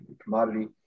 commodity